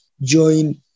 join